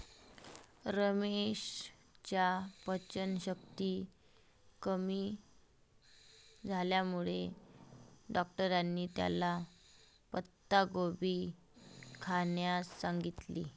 रमेशच्या पचनशक्ती कमी झाल्यामुळे डॉक्टरांनी त्याला पत्ताकोबी खाण्यास सांगितलं